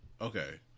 Okay